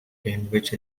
greenwich